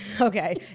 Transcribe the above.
okay